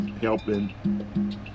helping